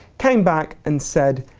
came back and said,